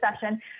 session